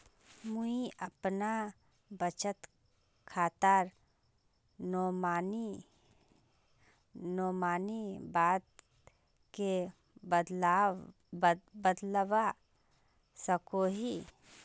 मुई अपना बचत खातार नोमानी बाद के बदलवा सकोहो ही?